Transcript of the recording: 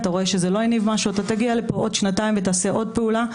אתה רואה שזה לא הניב משהו אתה תגיע לפה עוד שנתיים ותעשה עוד פעולה.